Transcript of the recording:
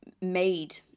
made